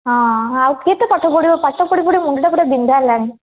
ହଁ ଆଉ କେତେ ପାଠ ପଢ଼ିବ ପାଠ ପଢ଼ି ପଢ଼ି ମୁଣ୍ଡଟା ପୁରା ବିନ୍ଧା ହେଲାଣି